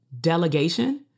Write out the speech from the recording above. delegation